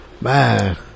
man